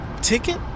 ticket